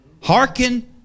hearken